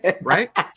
Right